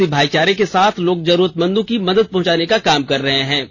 आपसी भाईचारे के साथ लोग जरूरतमंदों को मदद पहुंचाने का काम कर रहे हैं